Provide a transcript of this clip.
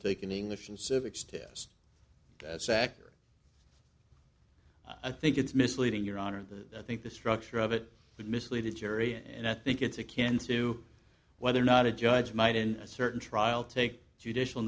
an english and civics test that's accurate i think it's misleading your honor the i think the structure of it could mislead the jury and i think it's akin to whether or not a judge might in a certain trial take judicial